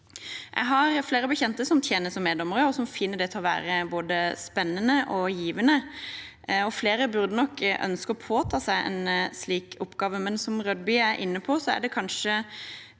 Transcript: Jeg har flere bekjente som tjener som meddommere, og som finner det å være både spennende og givende. Flere burde ønske å påta seg en slik oppgave, men som Rødby er inne på, er folk kanskje